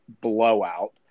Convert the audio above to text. blowout